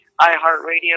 iHeartRadio